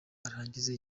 arangize